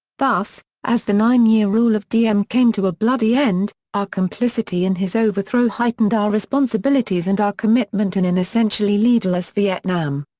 thus, as the nine-year rule of diem came to a bloody end, our complicity in his overthrow heightened our responsibilities and our commitment in an essentially leaderless vietnam.